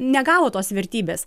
negavo tos vertybės